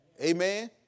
Amen